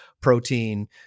protein